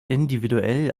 individuell